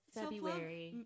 February